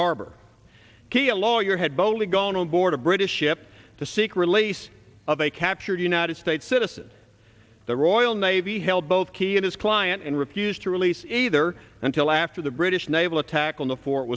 harbor key a lawyer had boldly gone on board a british ship to seek release of a captured united states citizen the royal navy held both key in his client and refused to release either until after the british naval attack on the fort